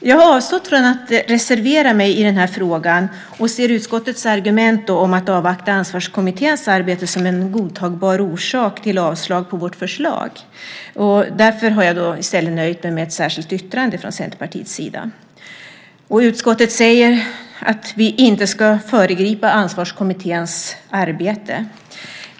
Jag har avstått från att reservera mig i denna fråga och ser utskottets argument om att avvakta Ansvarskommitténs arbete som en godtagbar orsak till avslag på vårt förslag. Därför har jag i stället nöjt mig med ett särskilt yttrande från Centerpartiets sida. Utskottet säger att vi inte ska föregripa Ansvarskommitténs arbete.